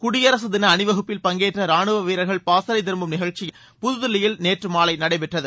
குடியரசுத்தின அணிவகுப்பில் பங்கேற்ற ராணுவ வீரர்கள் பாசறை திரும்பும் நிகழ்ச்சி புதுதில்லியில் நேற்று மாலை நடைபெற்றது